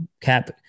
cap